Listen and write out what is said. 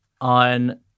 on